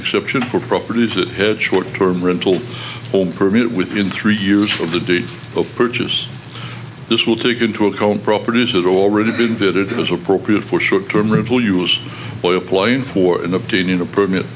exception for properties that had short term rental home permit within three years for the deed of purchase this will take into account properties that are already been did it is appropriate for short term or it will use oil plain for an opinion a permit